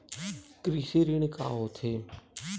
कृषि ऋण का होथे?